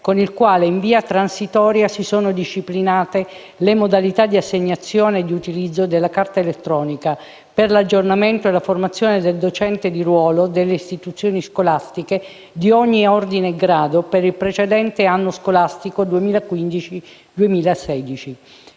con il quale, in via transitoria, si sono disciplinate le modalità di assegnazione e di utilizzo della Carta elettronica per l'aggiornamento e la formazione del docente di ruolo delle istituzioni scolastiche di ogni ordine e grado per il precedente anno scolastico 2015-2016.